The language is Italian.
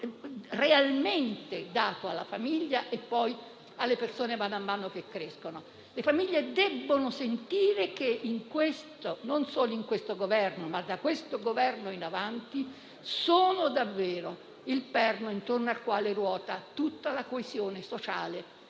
realmente dato alla famiglia e poi alle persone a mano a mano che crescono. Le famiglie devono sentire che, non solo con questo Governo, ma da esso in avanti, sono davvero il perno attorno al quale ruota tutta la coesione sociale